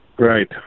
Right